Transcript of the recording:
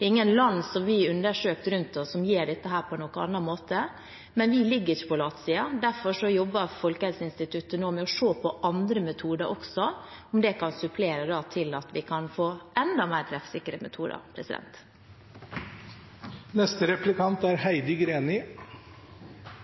er ingen land rundt oss som vi har undersøkt, som gjør dette på en annen måte. Men vi ligger ikke på latsiden, og derfor jobber Folkehelseinstituttet nå med å se på andre metoder også, om de kan supplere slik at vi kan få enda mer treffsikre metoder.